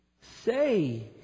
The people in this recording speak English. say